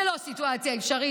זו לא סיטואציה אפשרית.